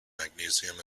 magnesium